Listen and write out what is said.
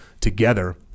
together